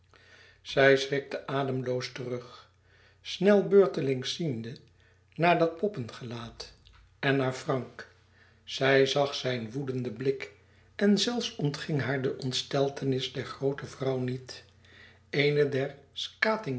zij schrikte ademloos terug snel beurtelings ziende naar dat poppengelaat en naar frank zij zag zijn woedenden blik en zelfs ontging haar de ontsteltenis der groote vrouw niet een der